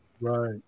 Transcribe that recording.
Right